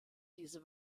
diese